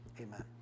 amen